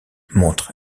montre